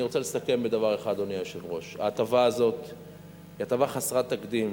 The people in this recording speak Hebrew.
אני רוצה לסכם בדבר אחד: ההטבה הזאת היא הטבה חסרת תקדים.